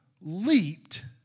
leaped